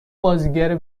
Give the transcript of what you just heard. بازیگر